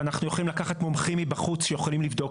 ואנחנו יכולים לקחת מומחים מבחוץ שיכולים לבדוק